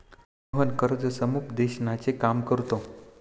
मोहन कर्ज समुपदेशनाचे काम करतो